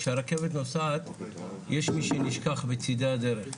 כשהרכבת נוסעת יש מי שנשכח בצידי הדרך.